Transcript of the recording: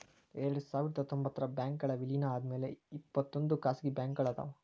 ಎರಡ್ಸಾವಿರದ ಹತ್ತೊಂಬತ್ತರಾಗ ಬ್ಯಾಂಕ್ಗಳ್ ವಿಲೇನ ಆದ್ಮ್ಯಾಲೆ ಇಪ್ಪತ್ತೊಂದ್ ಖಾಸಗಿ ಬ್ಯಾಂಕ್ಗಳ್ ಅದಾವ